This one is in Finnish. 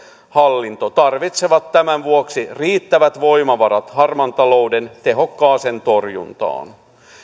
verohallinto tarvitsevat tämän vuoksi riittävät voimavarat harmaan talouden tehokkaaseen torjuntaan